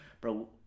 bro